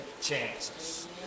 chances